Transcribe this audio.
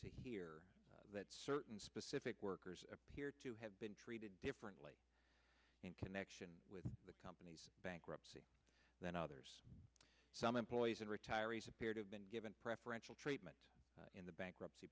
to hear that certain specific workers appear to have been treated differently in connection with the company's bankruptcy than others some employees and retirees appear to have been given preferential treatment in the bankruptcy